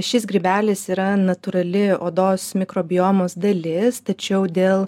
šis grybelis yra natūrali odos mikrobiomos dalis tačiau dėl